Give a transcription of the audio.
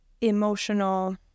emotional